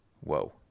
Whoa